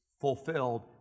fulfilled